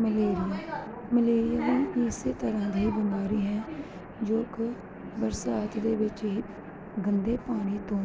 malaria malaria ਵੀ ਇਸੇ ਤਰ੍ਹਾਂ ਦੀ ਬਿਮਾਰੀ ਹੈ ਗੰਦੇ ਜੋ ਕਿ ਬਰਸਾਤ ਦੇ ਵਿੱਚ ਹੀ ਗੰਦੇ ਪਾਣੀ ਤੋਂ